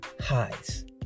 highs